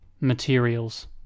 Materials